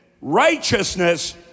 Righteousness